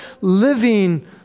living